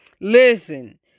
listen